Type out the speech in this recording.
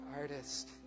artist